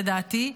לדעתי,